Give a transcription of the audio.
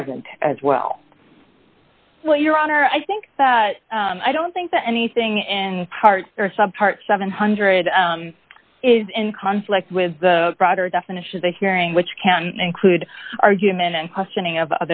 present as well will your honor i think that i don't think that anything in parts or some parts seven hundred is in conflict with the broader definition of the hearing which can include argument and questioning of